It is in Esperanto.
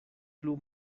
plu